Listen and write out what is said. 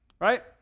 Right